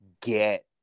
get